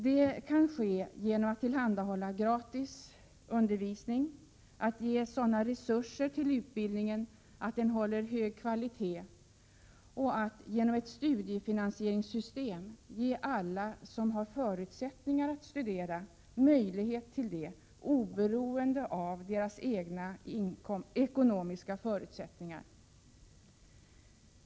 Det kan ske genom att tillhandahålla gratis undervisning, att ge sådana resurser till utbildningen att den håller en hög kvalitet samt att genom ett studiefinansieringssystem ge alla som har förutsättningar att studera möjlighet till det oberoende av deras egna ekonomiska förutsättningar.